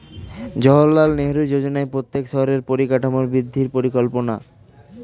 জাওহারলাল নেহেরু যোজনা প্রত্যেক শহরের পরিকাঠামোর বৃদ্ধির জন্য পরিকল্পনা